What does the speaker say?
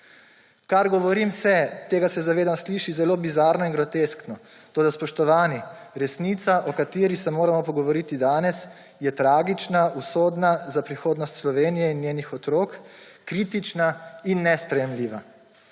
Kar govorim, se, tega se zavedam, sliši zelo bizarno in groteskno, toda spoštovani, resnica, o kateri se moramo pogovoriti danes, je tragična, usodna, za prihodnost Slovenije in njenih otrok kritična in nesprejemljiva.